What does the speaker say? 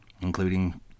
including